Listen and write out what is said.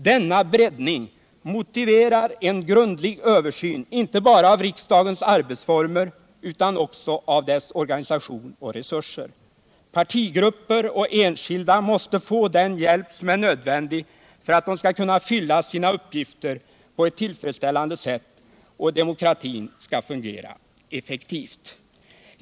Denna breddning motiverar en grundlig översyn inte bara av riksdagens arbetsformer utan också av dess organisation och resurser. Partigrupper och enskilda måste få den hjälp som är nödvändig för att de skall kunna fylla sina uppgifter på ett tillfredsställande sätt och för att demokratin skall fungera effektivt.